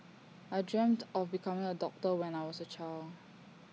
I dreamt of becoming A doctor when I was A child